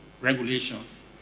regulations